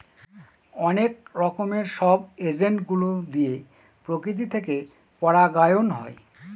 অনেক রকমের সব এজেন্ট গুলো দিয়ে প্রকৃতি থেকে পরাগায়ন হয়